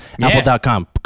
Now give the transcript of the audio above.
Apple.com